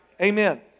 Amen